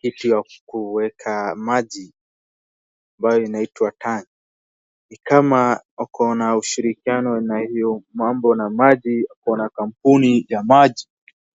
kitu ya kueka maji ambayo inaitwa tank .Ni kama wako na ushirikiano na hiyo mambo na maji wana kampuni ya maji.